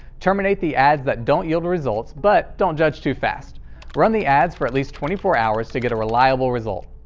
terminate the ads that don't yield results, but don't judge too fast run the ads for at least twenty four hours to get reliable results.